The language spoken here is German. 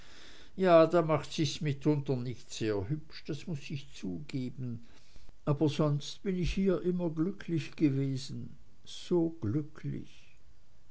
ja da macht sich's mitunter nicht sehr hübsch das muß ich zugeben aber sonst bin ich hier immer glücklich gewesen so glücklich